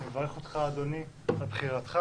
אני מברך אותך, אדוני, על היבחרך.